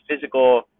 physical